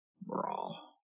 Brawl